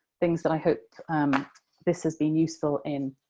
things that i hope this has been useful in